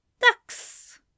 Ducks